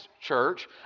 church